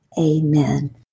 Amen